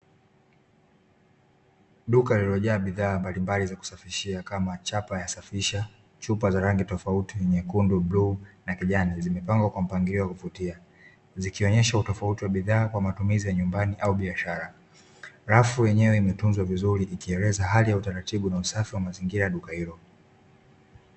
Duka lililojaa bidhaa mbalimbali za kusafishia kama: chapa ya safisha; chupa za rangi tofauti: nyekundu, bluu na kijani; zimepangwa kwa mpangilio wa kuvutia zikionyesha utofauti wa bidhaa kwa matumizi ya nyumbani au biashara. Rafu yenyewe imetunzwa vizuri iki eleza hali ya utaratibu na usafi wa mazingira ya duka hilo.